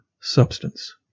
substance